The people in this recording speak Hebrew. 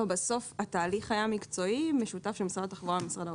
בסוף התהליך היה מקצועי משותף של משרד התחבורה ומשרד האוצר.